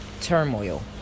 turmoil